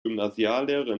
gymnasiallehrer